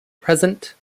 present